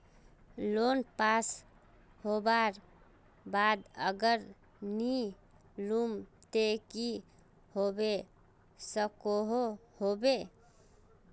Loan pass होबार बाद अगर नी लुम ते की होबे सकोहो होबे?